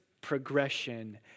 progression